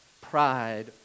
Pride